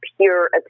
pure